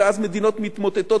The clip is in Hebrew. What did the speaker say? ואז מדינות מתמוטטות,